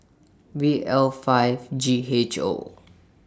V L five G H O